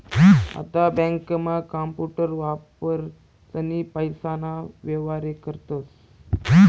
आता बँकांमा कांपूटर वापरीसनी पैसाना व्येहार करतस